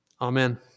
Amen